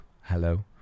Hello